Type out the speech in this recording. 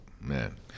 Man